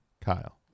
Kyle